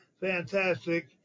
fantastic